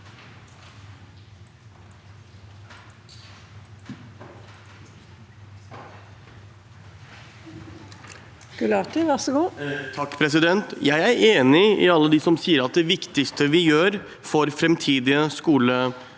Jeg er enig med alle dem som sier at det viktigste vi gjør for framtidige skoleelever